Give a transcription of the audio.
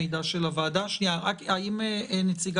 התפלגות לצורך סעיף 6א'. זה תמיד היה שליש.